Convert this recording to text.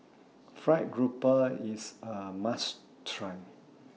Fried Grouper IS A must Try